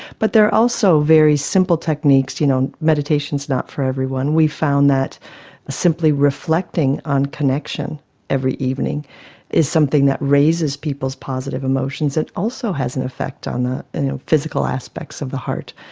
but there are also very simple techniques, you know, meditation is not for everyone. we found that simply reflecting on connection every evening is something that raises people's positive emotions and also has an effect on the physical aspects of the heart,